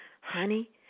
Honey